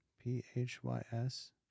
P-H-Y-S